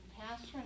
pastor